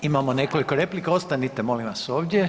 Imamo nekoliko replika, ostanite molim vas ovdje.